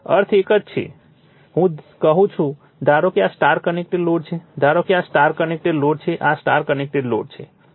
અર્થ એક છે હું કહું છું ધારો કે આ સ્ટાર કનેક્ટેડ લોડ છે ધારો કે આ સ્ટાર કનેક્ટેડ લોડ છે આ સ્ટાર કનેક્ટેડ લોડ છે